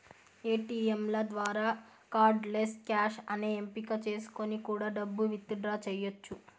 ఏటీయంల ద్వారా cardless cash అనే ఎంపిక చేసుకొని కూడా డబ్బు విత్ డ్రా చెయ్యచ్చు